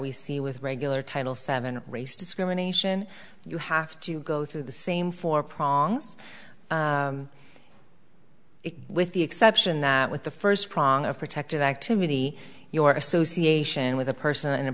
we see with regular title seven race discrimination you have to go through the same four prongs it with the exception that with the first prong of protected activity your association with a person